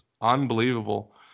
unbelievable